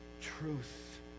truth